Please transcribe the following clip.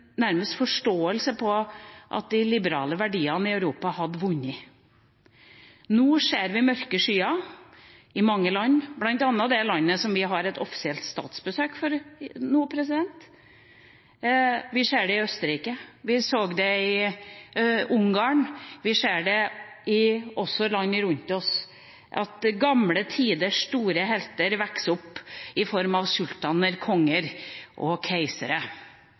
nærmest en forståelse for at de liberale verdiene i Europa hadde vunnet. Nå ser vi mørke skyer i mange land, bl.a. det landet som vi har offisielt statsbesøk fra nå. Vi ser det i Østerrike, vi så det i Ungarn, og vi ser også i land rundt oss at gamle tiders store helter vokser opp i form av sultaner, konger og